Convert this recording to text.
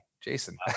Jason